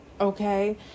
okay